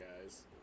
guys